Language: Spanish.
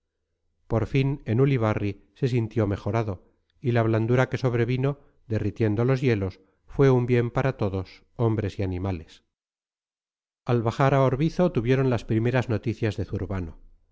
por fin en ulibarri se sintió mejorado y la blandura que sobrevino derritiendo los hielos fue un bien para todos hombres y animales al bajar a orbizo tuvieron las primeras noticias de zurbano